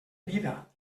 vida